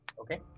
okay